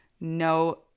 no